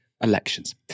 elections